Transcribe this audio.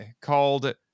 called